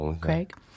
Craig